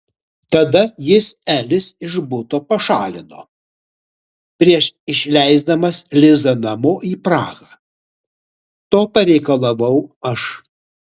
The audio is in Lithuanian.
tada jis elis iš buto pašalino prieš išleisdamas lizą namo į prahą to pareikalavau aš